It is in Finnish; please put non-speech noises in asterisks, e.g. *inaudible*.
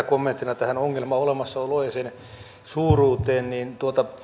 *unintelligible* kommenttina tähän ongelman olemassaoloon ja sen suuruuteen